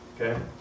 Okay